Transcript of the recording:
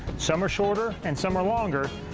some are shorter, and some are longer.